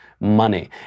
money